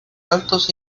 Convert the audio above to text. altos